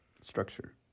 structure